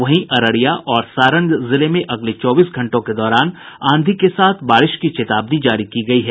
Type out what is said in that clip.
वहीं अररिया और सारण जिले में अगले चौबीस घंटों के दौरान आंधी के साथ बारिश की चेतावनी जारी की गयी है